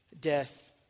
death